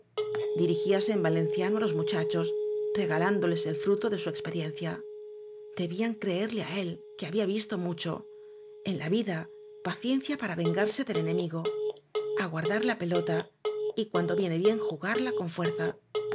dirigíase en va lenciano á los muchachos regalándoles el fruto de su experiencia debían creerle á él que había visto mucho en la vida paciencia para vengarse del enemigo aguardar la pelota y cuando viene bien jugarla con fuerza